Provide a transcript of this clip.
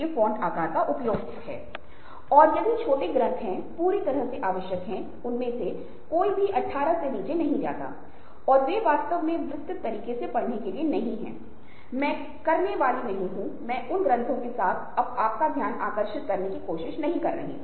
क्योंकि यदि आप इस पर शोध करते हैं यदि आप इसका पता लगाते हैं तो किसी समय आप इन्हें लागू करने और नेटवर्किंग के संदर्भ में अधिक प्रभावशाली बनने के लिए कौशल विकसित करेंगे